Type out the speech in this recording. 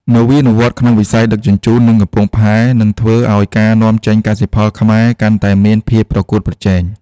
នវានុវត្តន៍ក្នុងវិស័យដឹកជញ្ជូន និងកំពង់ផែ នឹងធ្វើឱ្យការនាំចេញកសិផលខ្មែរកាន់តែមានភាពប្រកួតប្រជែង។